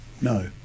no